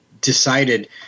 decided